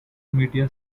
media